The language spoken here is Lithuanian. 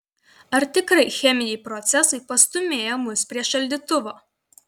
ar tikrai cheminiai procesai pastūmėja mus prie šaldytuvo